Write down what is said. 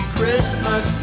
Christmas